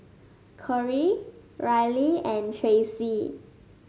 Corry Reilly and Tracie